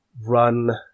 run